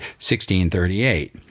1638